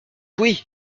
oui